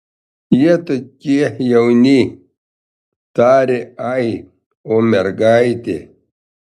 jie tokie jauni tarė ai o mergaitė